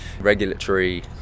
regulatory